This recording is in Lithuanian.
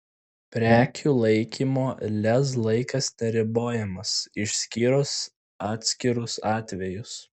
prekių laikymo lez laikas neribojamas išskyrus atskirus atvejus